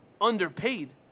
underpaid